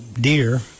deer